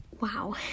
Wow